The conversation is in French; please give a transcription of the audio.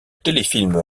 téléfilm